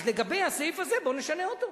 אז לגבי הסעיף הזה, בואו נשנה אותו.